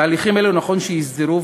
תהליכים אלה נכון שיוסדרו,